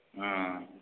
ओम